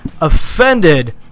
Offended